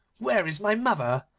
where is my mother?